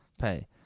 pay